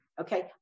okay